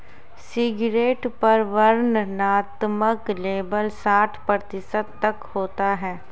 cigarette पर वर्णनात्मक label साठ प्रतिशत तक होता है